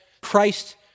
Christ